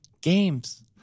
games